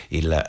il